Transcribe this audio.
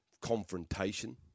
confrontation